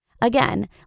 Again